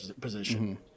position